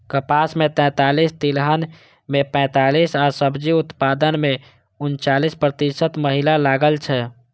कपास मे सैंतालिस, तिलहन मे पैंतालिस आ सब्जी उत्पादन मे उनचालिस प्रतिशत महिला लागल छै